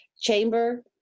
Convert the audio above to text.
chamber